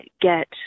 get